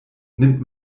nimmt